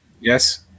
Yes